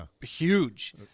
huge